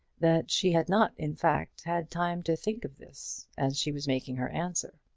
that she had not, in fact, had time to think of this as she was making her answer.